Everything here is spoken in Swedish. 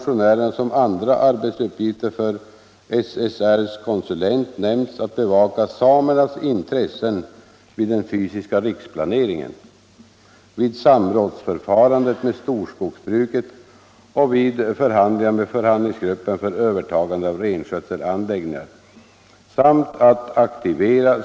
inom ramen för dessa medel ha utrymme för en konsulent.